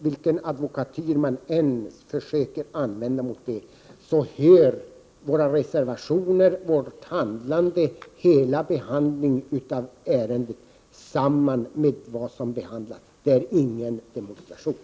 Vilken advokatyr man än försöker använda hör våra reservationer, vårt handlande och hela vår behandling av ärendet samman med vad som här behandlas. Det är ingen demonstration.